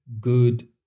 good